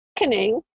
awakening